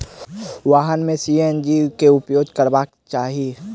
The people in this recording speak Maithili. वाहन में सी.एन.जी के उपयोग करबाक चाही